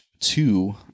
two